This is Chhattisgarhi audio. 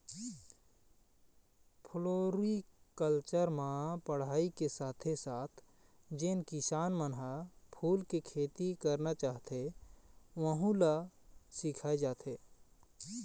फ्लोरिकलचर म पढ़ाई के साथे साथ जेन किसान मन ह फूल के खेती करना चाहथे वहूँ ल सिखाए जाथे